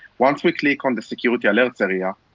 once we click on the security alerts area,